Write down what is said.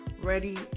ready